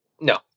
no